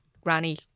granny